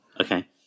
Okay